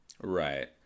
Right